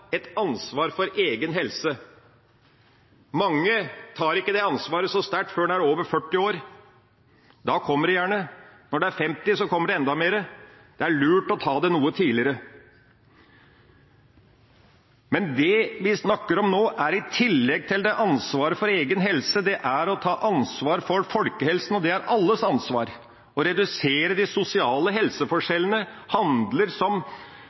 ansvaret så sterkt før en er over 40 år, da kommer det gjerne, og når en er over 50, kommer det enda mer. Det er lurt å ta det noe tidligere. Men det vi snakker om nå, i tillegg til ansvaret for egen helse, er å ta ansvar for folkehelsen. Det er alles ansvar, for det å redusere de sosiale helseforskjellene handler, som